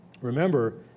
Remember